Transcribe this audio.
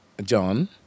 John